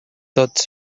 tots